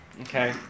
Okay